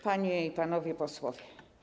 Panie i Panowie Posłowie!